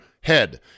head